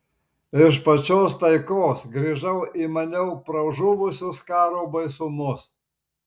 iš pačios taikos grįžau į maniau pražuvusius karo baisumus